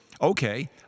Okay